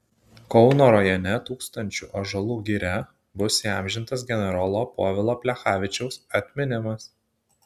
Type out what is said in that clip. kauno rajone tūkstančių ąžuolų giria bus įamžintas generolo povilo plechavičiaus atminimas